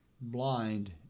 blind